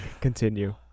Continue